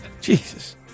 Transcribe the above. Jesus